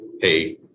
hey